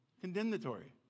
Condemnatory